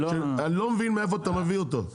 אני לא מבין מאיפה אתה מביא אותו.